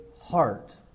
heart